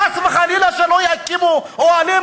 חס וחלילה, שלא יקימו אוהלים.